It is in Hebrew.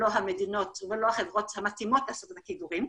ולא המדינות ולא החברות המתאימות עושות את הקידוחים,